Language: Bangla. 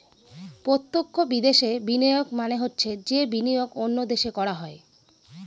প্রত্যক্ষ বিদেশে বিনিয়োগ মানে হচ্ছে যে বিনিয়োগ অন্য দেশে করা হয়